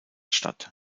statt